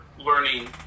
learning